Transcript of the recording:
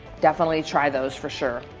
definitely try those for sure.